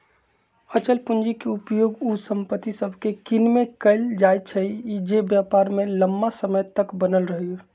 अचल पूंजी के उपयोग उ संपत्ति सभके किनेमें कएल जाइ छइ जे व्यापार में लम्मा समय तक बनल रहइ